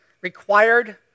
required